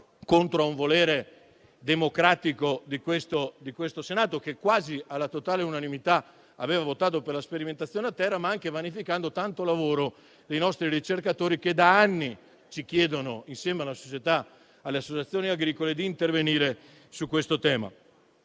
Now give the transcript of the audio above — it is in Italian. contro un volere democratico di questo Senato che quasi alla totale unanimità aveva votato per la sperimentazione a terra, ma anche vanificando tanto lavoro dei nostri ricercatori che da anni ci chiedono, insieme alle associazioni agricole, di intervenire sul tema.